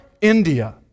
India